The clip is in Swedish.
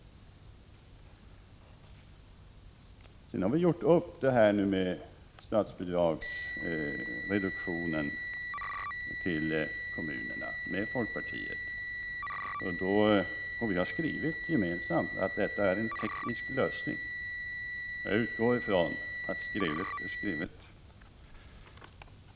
Vi har med folkpartiet gjort upp om reduktionen av statsbidraget till kommunerna. Vi har gemensamt skrivit att det är en teknisk lösning. Jag utgår från att skrivet är skrivet.